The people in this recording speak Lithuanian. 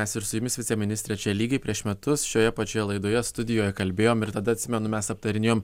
mes ir su jumis viceministre čia lygiai prieš metus šioje pačioje laidoje studijoje kalbėjom ir tada atsimenu mes aptarinėjom